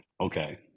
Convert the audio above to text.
okay